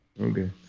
Okay